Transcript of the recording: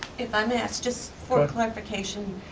if i may ask, just for clarification.